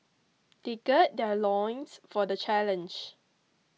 they gird their loins for the challenge